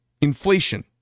inflation